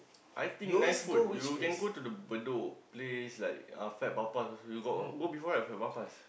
I think nice food you can go to the Bedok place like uh Fat-Papas also you got go before right Fat-Papas